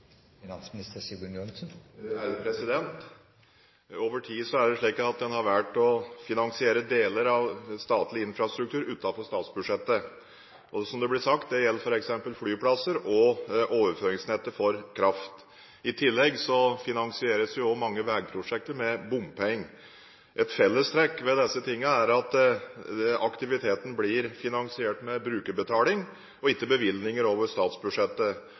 er slik at en over tid har en valgt å finansiere deler av statlig infrastruktur utenfor statsbudsjettet. Det gjelder f.eks. flyplasser, som det ble sagt, og overføringsnettet for kraft. I tillegg finansieres også mange vegprosjekter med bompenger. Et fellestrekk ved disse tingene er at aktiviteten blir finansiert med brukerbetaling og ikke bevilgninger over statsbudsjettet.